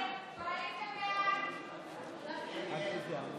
הודעת הממשלה על העברת סמכויות משר העבודה,